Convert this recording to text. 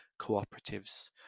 cooperatives